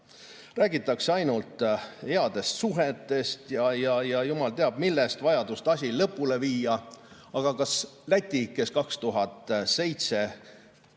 Räägitakse ainult headest suhetest ja jumal teab millest, vajadusest asi lõpule viia. Aga kas Läti, kes 2007